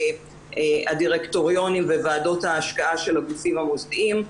הדירקטוריונים וועדות ההשקעה של הגופים המוסדיים.